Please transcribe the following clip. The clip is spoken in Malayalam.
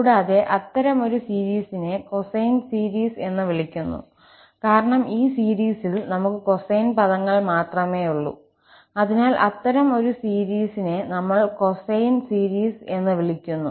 കൂടാതെ അത്തരം ഒരു സീരീസിനെ കോസിൻ സീരീസ് എന്ന് വിളിക്കുന്നു കാരണം ഈ സീരീസിൽ നമുക്ക് കൊസൈൻ പദങ്ങൾ മാത്രമേയുള്ളൂ അതിനാൽ അത്തരം ഒരു സീരീസ് യെ നമ്മൾ കൊസൈൻ സീരീസ് എന്ന് വിളിക്കുന്നു